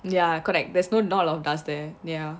ya correct there's not a lot of dust there ya